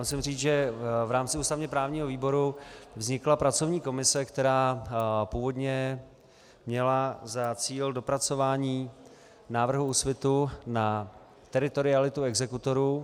Musím říct, že v rámci ústavněprávního výboru vznikla pracovní komise, která původně měla za cíl dopracování návrhu Úsvitu na teritorialitu exekutorů.